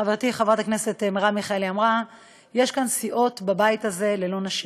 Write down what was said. חברתי חברת הכנסת מרב מיכאלי אמרה: יש כאן סיעות בבית הזה ללא נשים.